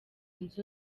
nzu